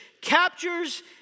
captures